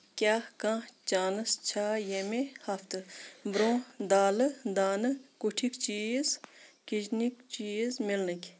کیٛاہ کانٛہہ چانس چھا ییٚمہِ ہفتہٕ برٛونٛہہ دالہٕ دانہٕ کُٹِھکۍ چیٖز کِچنٕکۍ چیٖز مِلنٕکۍ